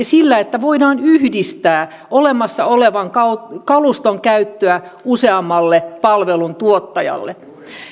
sillä että voidaan yhdistää olemassa olevan kaluston käyttöä useammalle palveluntuottajalle